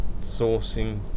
sourcing